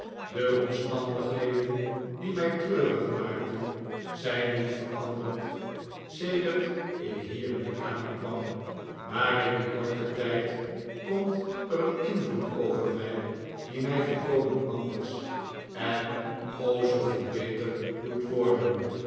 de omstandigheden die mij treurig maakten zijn niet veranderd sedert ik hier in de kamer kwam maar in dien korten tijd komt er een invloed over mij die mij volkomen anders en o zooveel beter doet worden